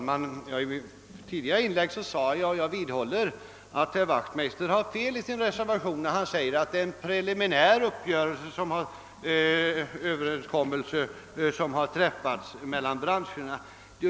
Herr talman! I mitt tidigare inlägg påstod jag — och det vidhåller jag nu — att herr Wachtmeister har fel i sin reservation där det står att det är en preliminär överenskommelse som har träffats mellan branscherna.